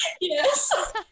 yes